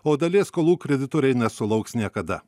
o dalies skolų kreditoriai nesulauks niekada